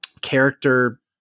character